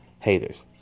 Haters